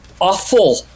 awful